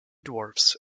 dwarfs